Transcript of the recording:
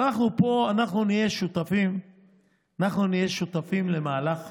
אבל אנחנו פה, אנחנו נהיה שותפים למהלך,